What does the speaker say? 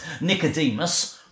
Nicodemus